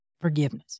forgiveness